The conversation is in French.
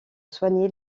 soigner